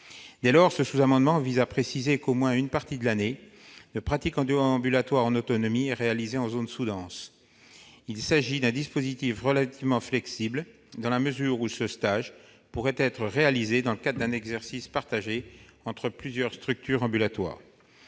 Dès lors, ce sous-amendement vise à préciser que, au moins une partie de l'année, la pratique ambulatoire en autonomie est réalisée en zone sous-dense. Il s'agit d'un dispositif relativement flexible dans la mesure où ce stage pourrait être réalisé dans le cadre d'un exercice partagé entre plusieurs structures ambulatoires.